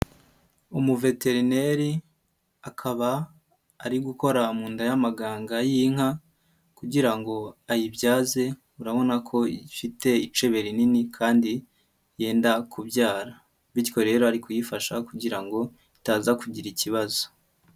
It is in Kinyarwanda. Umuveterineri akaba ari gukora mu nda y'amaganga y'inka kugira ngo ayibyaze, urabona ko ifite icebe rinini kandi yenda kubyara, bityo rero ari kuyifasha kugira ngo itaza kugira ikibazo.